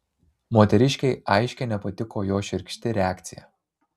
moteriškei aiškiai nepatiko jo šiurkšti reakcija